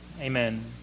Amen